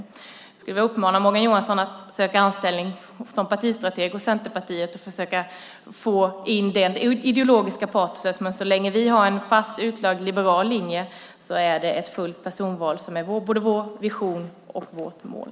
Jag skulle vilja uppmana Morgan Johansson att söka anställning som partistrateg hos Centerpartiet och försöka få in det ideologiska patoset, men så länge vi har en fast utlagd liberal linje är det ett fullt personval som är vår vision och vårt mål.